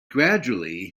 gradually